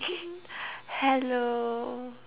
hello